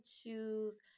choose